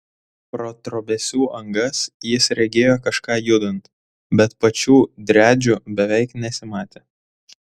pro trobesių angas jis regėjo kažką judant bet pačių driadžių beveik nesimatė